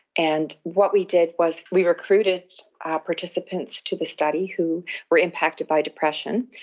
and what we did was we recruited participants to the study who were impacted by depression.